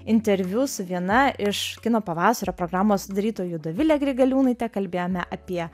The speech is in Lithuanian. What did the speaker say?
interviu su viena iš kino pavasario programos sudarytojų dovile grigaliūnaite kalbėjome apie